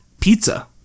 pizza